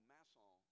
Masson